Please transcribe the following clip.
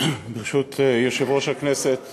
ברשות יושב-ראש הכנסת